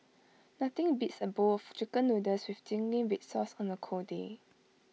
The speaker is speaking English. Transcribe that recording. nothing beats A bowl of Chicken Noodles with Zingy Red Sauce on A cold day